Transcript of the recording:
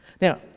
Now